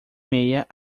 meia